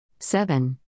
Seven